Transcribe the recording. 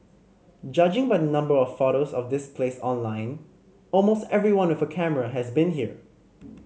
judging by the number of photos of this place online almost everyone with a camera has been here